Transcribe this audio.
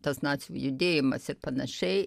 tas nacių judėjimas ir panašiai